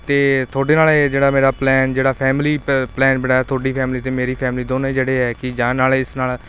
ਅਤੇ ਤੁਹਾਡੇ ਨਾਲ ਇਹ ਜਿਹੜਾ ਮੇਰਾ ਪਲੈਨ ਜਿਹੜਾ ਫੈਮਿਲੀ ਪ ਪਲੈਨ ਬਣਾਇਆ ਤੁਹਾਡੀ ਫੈਮਲੀ ਅਤੇ ਮੇਰੀ ਫੈਮਿਲੀ ਦੋਨੇ ਜਿਹੜੇ ਹੈ ਕਿ ਜਾਣ ਵਾਲੇ ਇਸ ਨਾਲ